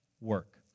work